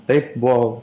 taip buvo